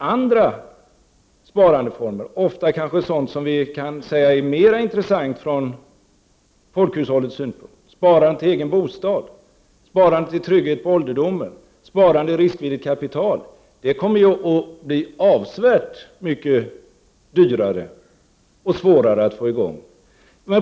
Andra sparformer, kanske ofta sådana som kan sägas vara mer intressanta från folkhushållets synpunkt, som sparandet till egen bostad, till trygghet på ålderdomen eller i riskvilligt kapital, kommer däremot att bli avsevärt mycket dyrare och svårare att få i gång.